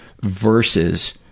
versus